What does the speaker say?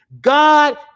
God